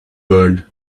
world